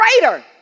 greater